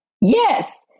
Yes